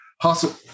hustle